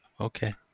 Okay